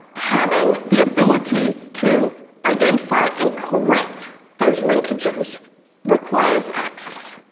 having the ability to identify and correct those linkages requires access.